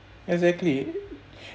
exactly